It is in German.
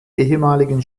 ehemaligen